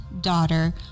daughter